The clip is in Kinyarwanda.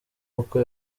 uko